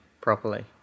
properly